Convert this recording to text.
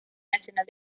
nacional